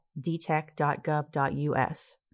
dtech.gov.us